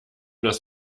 das